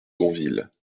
gonville